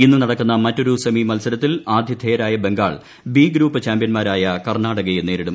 ഇന്ന് നടക്കുന്ന മറ്റൊരു സെമി മത്സരത്തിൽ ആതിഥേയരായ ബംഗാൾ ബി ഗ്രൂപ്പ് ചാമ്പ്യന്മാരായ കർണാടകയെ നേരിടും